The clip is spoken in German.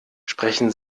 sprechen